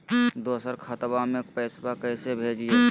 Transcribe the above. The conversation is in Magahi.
दोसर खतबा में पैसबा कैसे भेजिए?